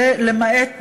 למעט,